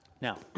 Now